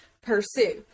pursue